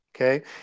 Okay